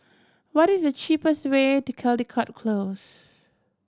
what is the cheapest way to Caldecott Close